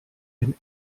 and